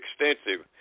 extensive